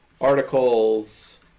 Articles